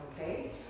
okay